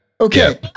okay